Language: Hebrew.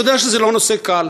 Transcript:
אני יודע שזה לא נושא קל,